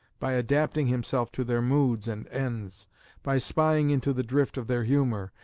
by adapting himself to their moods and ends by spying into the drift of their humour,